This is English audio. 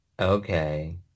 okay